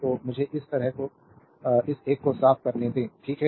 तो मुझे इस एक को साफ करने दें ठीक है